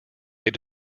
they